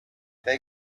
they